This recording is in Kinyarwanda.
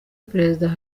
president